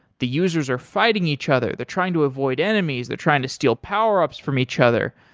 the users are fighting each other. they're trying to avoid enemies. they're trying to steal power ups from each other.